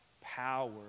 power